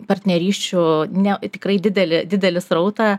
partnerysčių ne tikrai didelį didelį srautą